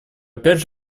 опять